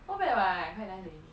not bad [what] quite nice already